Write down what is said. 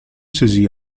saisis